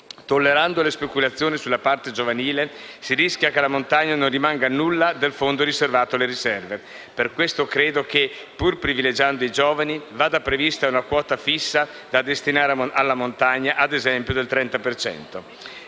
tollerando le speculazioni sulla parte giovanile, si rischia che alla montagna non rimanga nulla del fondo assegnato alle riserve. Per questo credo che, pur privilegiando i giovani, vada prevista una quota fissa da destinare alla montagna, come - ad esempio - il 30